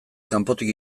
kanpotik